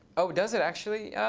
oh, does it actually?